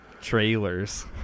Trailers